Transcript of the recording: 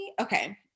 okay